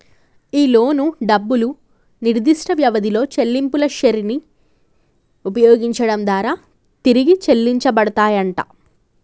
ఈ లోను డబ్బులు నిర్దిష్ట వ్యవధిలో చెల్లింపుల శ్రెరిని ఉపయోగించడం దారా తిరిగి చెల్లించబడతాయంట